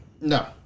No